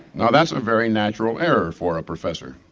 that's a very natural error for a professor